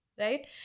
right